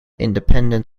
independent